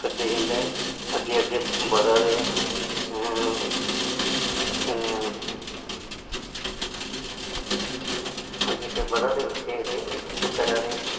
करदे जंदे अग्गैं अग्गैं बजा दे अग्गैं बदा दे बच्चे ते ओह् करा दे